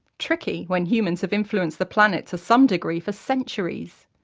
tricky, when humans have influenced the planet to some degree for centuries.